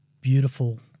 beautiful